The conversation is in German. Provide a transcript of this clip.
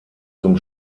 zum